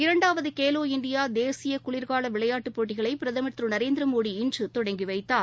இரண்டாவது கேலோ இண்டியா தேசிய குளிா்கால விளையாட்டுப் போட்டிகளை பிரதமா் திரு நரேந்திரமோடி இன்று தொடங்கி வைத்தார்